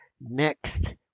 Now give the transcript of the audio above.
Next